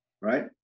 right